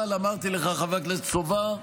אבל אמרתי לך, חבר הכנסת סובה,